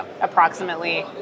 approximately